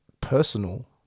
personal